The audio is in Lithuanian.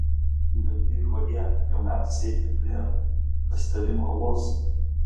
galvijų vagie jau metas eiti prie pasitarimų uolos